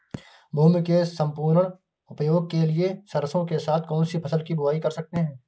भूमि के सम्पूर्ण उपयोग के लिए सरसो के साथ कौन सी फसल की बुआई कर सकते हैं?